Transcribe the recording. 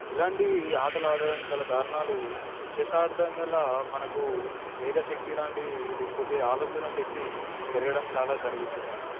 ఇలాంటివి ఆటలు ఆడడానికి గల కారణాలు చెస్ ఆడతం గల మనకు మేధాశక్తి లాంటివి లేకపోతే ఆలోచన శక్తి పెరగడం చాలా జరుగుతుంది